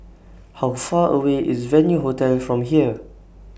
How Far away IS Venue Hotel from here